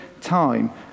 time